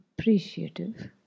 appreciative